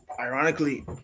ironically